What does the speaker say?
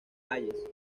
hayes